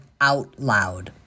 OUTLOUD